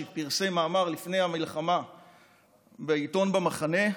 שפרסם מאמר לפני המלחמה בעיתון "במחנה"